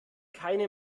keine